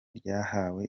ryahawe